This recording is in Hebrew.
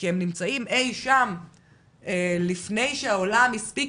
כי הם נמצאים אי-שם לפני שהעולם הספיק